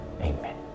Amen